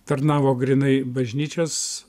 tarnavo grynai bažnyčios